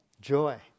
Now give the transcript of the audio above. Joy